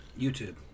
YouTube